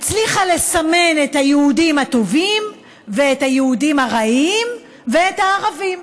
היא הצליחה לסמן את היהודים הטובים ואת היהודים הרעים ואת הערבים.